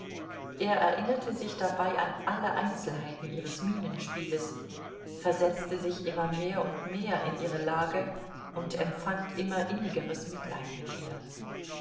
er erinnerte sich dabei an alle einzelheiten ihres mienenspieles versetzte sich immer mehr und mehr in ihre lage und empfand immer innigeres mitleid mit ihr